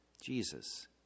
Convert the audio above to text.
Jesus